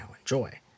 enjoy